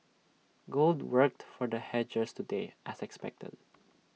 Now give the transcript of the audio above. gold worked for the hedgers today as expected